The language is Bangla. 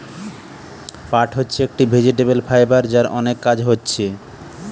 পাট হচ্ছে একটি ভেজিটেবল ফাইবার যার অনেক কাজ হচ্ছে